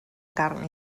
carn